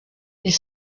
ils